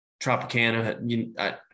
Tropicana